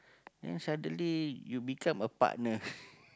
then suddenly you become a partner